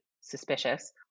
suspicious